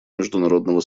международного